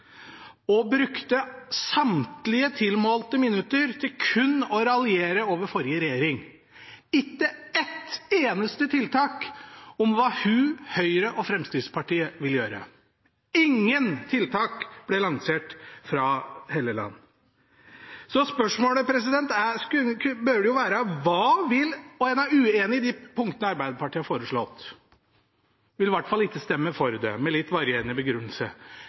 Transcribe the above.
brukte samtlige tilmålte minutter til kun å raljere over forrige regjering – ikke ett eneste tiltak kom om hva hun, Høyre og Fremskrittspartiet vil gjøre. Ingen tiltak ble lansert fra representanten Hofstad Hellelands side. Og en er uenig i de punktene Arbeiderpartiet har foreslått – vil i hvert fall ikke stemme for dem, med litt varierende begrunnelse.